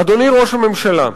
אדוני ראש הממשלה,